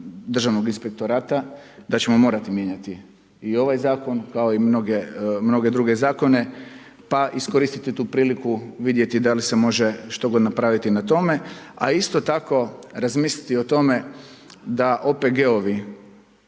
državnog inspektorata da ćemo morati mijenjati i ovaj zakon, kao i mnoge druge zakone, pa iskoristiti tu priliku vidjeti da li se može štogod napraviti na tome. A isto tako razmisliti o tome da OPG-ovi